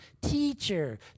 Teacher